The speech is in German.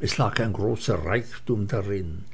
es lag ein großer reichtum darin